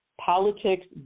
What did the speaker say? politics